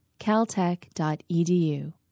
caltech.edu